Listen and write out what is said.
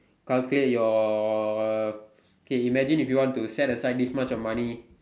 calculate your okay imagine you want to set aside this much of money